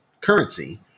currency